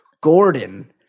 Gordon